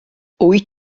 wyt